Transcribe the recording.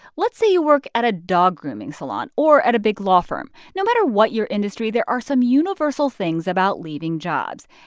let's say you work at a dog grooming salon or at a big law firm. no matter what your industry, there are some universal things about leaving jobs.